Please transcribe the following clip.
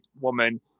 woman